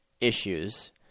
issues